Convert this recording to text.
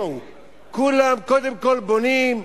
כולם קודם כול בונים,